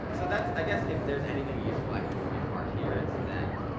so that's i guess if there's anything useful i can impart here is that